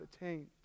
attained